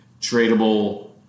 tradable